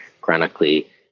chronically